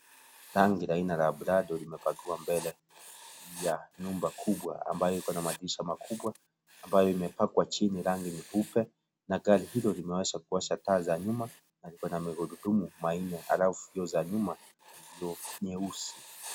Gari aina la Prado limepakiwa mbele ya nyumba kubwa ambayo ikona madirisha makubwa ambayo imepakwa chini rangi nyeupe na gari hilo limewasha kuwasha taa za nyuma na liko na magurudumu manne alafu vioo za nyuma ni vioo nyeusi.